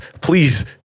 please